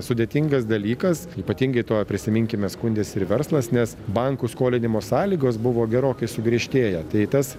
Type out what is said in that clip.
sudėtingas dalykas ypatingai tuo prisiminkime skundėsi ir verslas nes bankų skolinimo sąlygos buvo gerokai sugriežtėję tai tas